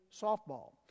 softball